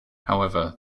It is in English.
however